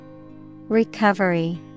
Recovery